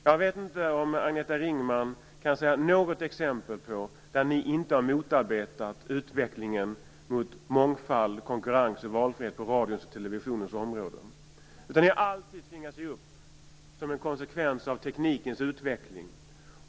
Jag vet inte om Agneta Ringman kan säga något exempel där ni inte har motarbetat utvecklingen mot mångfald, konkurrens och valfrihet på radions och televisionens områden. Ni har alltid tvingats ge upp, som en konsekvens av teknikens utveckling.